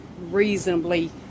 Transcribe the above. reasonably